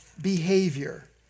behavior